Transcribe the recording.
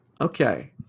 Okay